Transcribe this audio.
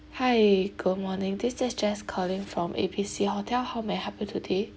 hi good morning this is jess calling from A B C hotel how may I help you today